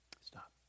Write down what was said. Stop